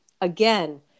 again